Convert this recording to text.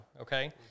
okay